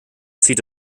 zieht